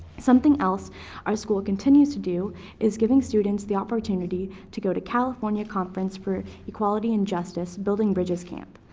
something else our school continues to do is giving students the opportunity to go to california conference for equality and justice building bridges camp.